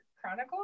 chronicle